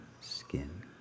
skin